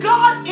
God